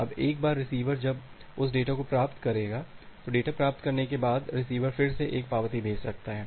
अब एक बार रिसीवर जब उस डेटा को प्राप्त करेगा डेटा प्राप्त करने के बाद रिसीवर फिर से एक पावती भेज सकता है